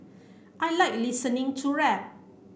I like listening to rap